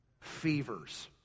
Fevers